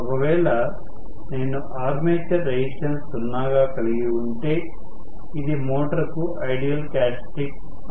ఒకవేళ నేను armature resistance సున్నాగా కలిగి ఉంటే ఇది మోటారుకు ఐడియల్ క్యారెట్ స్టిక్ అవుతుంది